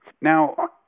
Now